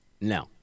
No